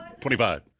25